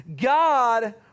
God